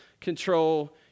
control